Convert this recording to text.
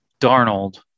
Darnold